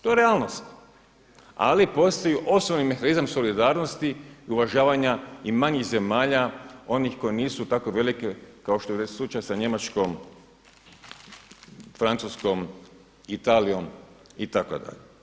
To je realnost, ali postoji osnovni mehanizam solidarnosti i uvažavanja i manjih zemalja, onih koje nisu tako velike kao što je već slučaj sa Njemačkom, Francuskom, Italijom itd.